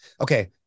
okay